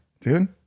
dude